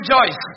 rejoice